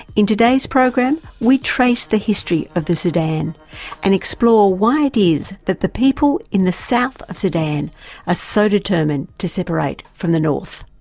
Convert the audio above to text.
in today's program we trade the history of the sudan and explore why it is that the people in the south of sudan are ah so determined to separate from the north.